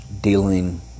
dealing